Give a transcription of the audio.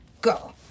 go